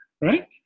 right